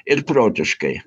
ir protiškai